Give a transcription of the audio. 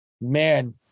Man